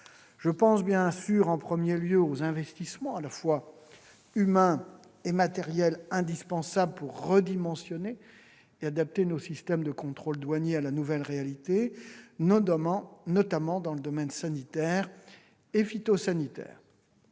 Je pense bien sûr en premier lieu aux investissements, à la fois humains et matériels, indispensables pour redimensionner et adapter nos systèmes de contrôles douaniers à la nouvelle réalité, notamment dans le domaine sanitaire et phytosanitaire.